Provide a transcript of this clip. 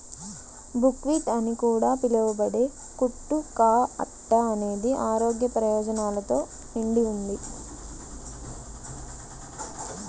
buckwheat అని కూడా పిలవబడే కుట్టు కా అట్ట అనేది ఆరోగ్య ప్రయోజనాలతో నిండి ఉంది